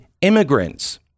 immigrants